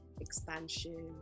expansion